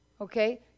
Okay